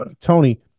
Tony